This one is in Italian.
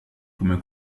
come